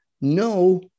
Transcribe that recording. no